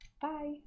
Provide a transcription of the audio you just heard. Bye